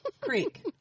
Creek